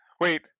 Wait